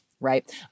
Right